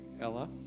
Ella